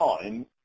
time